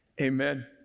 amen